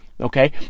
okay